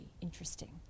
interesting